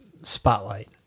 spotlight